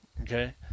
okay